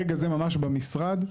ברגע זה ממש, במשרד,